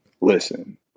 listen